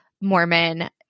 Mormon